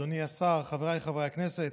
אדוני השר, חבריי חברי הכנסת,